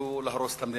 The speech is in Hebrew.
היא להרוס את המדינה.